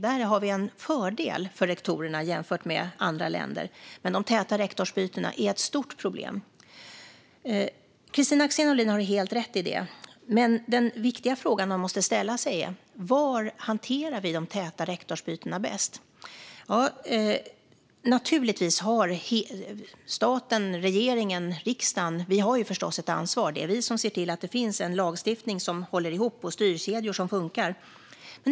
Där har vi en fördel jämfört med andra länder. De täta rektorsbytena är dock ett stort problem. Kristina Axén Olin har helt rätt i detta, men den viktiga frågan man måste ställa sig är: Var hanterar vi bäst de täta rektorsbytena? Naturligtvis har staten, regeringen och riksdagen ett ansvar. Det är vi som ser till att det finns en lagstiftning som håller ihop och styrkedjor som funkar.